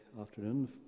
afternoon